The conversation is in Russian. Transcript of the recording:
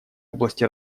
области